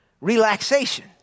relaxation